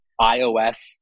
iOS